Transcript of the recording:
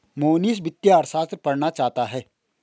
मोहनीश वित्तीय अर्थशास्त्र पढ़ना चाहता है